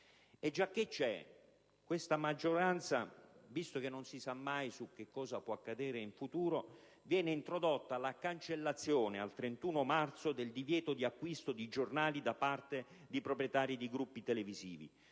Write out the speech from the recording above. E già che c'è, questa maggioranza, visto che non si sa mai che cosa può accadere in futuro, introduce la cancellazione al 31 marzo del divieto di acquisto di giornali da parte di proprietari di gruppi televisivi,